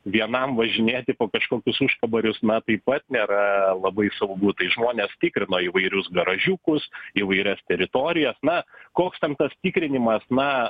vienam važinėti po kažkokius užkaborius na taip pat nėra labai saugu tai žmonės tikrina įvairius garažiukus įvairias teritorijas na koks ten tas tikrinimas na